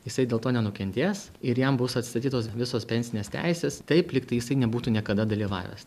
jisai dėl to nenukentės ir jam bus atstatytos visos pensinės teisės taip lyg tai jisai nebūtų niekada dalyvavęs